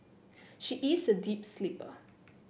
she is a deep sleeper